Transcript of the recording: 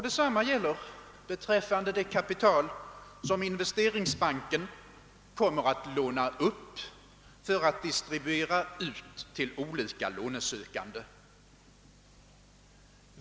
Detsamma gäller beträffande det kapital som investeringsbanken kommer att låna upp för att distribuera ut till olika lånesökande.